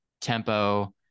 tempo